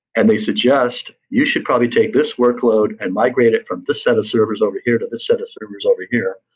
and they suggest you should probably take this workload and migrate it from the set of servers over here to the set of servers over here,